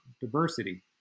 diversity